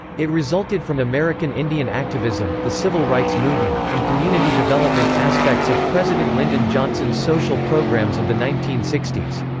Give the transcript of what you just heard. it resulted from american indian activism, the civil rights movement, and community development aspects of president lyndon johnson's social programs of the nineteen sixty s.